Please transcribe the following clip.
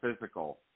physical